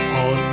on